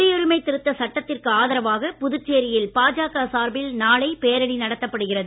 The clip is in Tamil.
குடியுரிமை திருத்த சட்டத்திற்கு ஆதரவாக புதுச்சேரியில் பாஜக சார்பில் நாளை பேரணி நடத்தப்படுகிறது